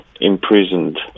imprisoned